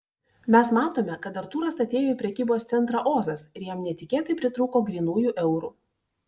mes matome kad artūras atėjo į prekybos centrą ozas ir jam netikėtai pritrūko grynųjų eurų